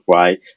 right